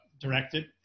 directed